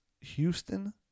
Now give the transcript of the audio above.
Houston